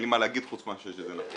אין לי מה להגיד חוץ מאשר שזה נכון.